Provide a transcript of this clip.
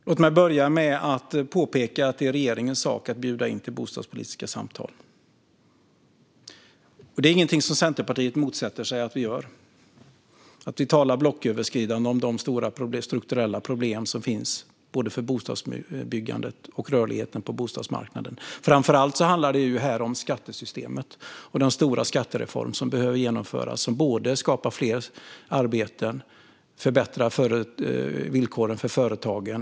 Fru talman! Låt mig börja med att påpeka att det är regeringens sak att bjuda in till bostadspolitiska samtal. Och att vi talar blocköverskridande om de stora strukturella problem som finns för både bostadsbyggandet och rörligheten på bostadsmarknaden är inget som Centerpartiet motsätter sig. Framför allt handlar detta om skattesystemet och den stora skattereform som behöver genomföras för att både skapa fler jobb och förbättra villkoren för företagen.